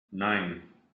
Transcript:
nine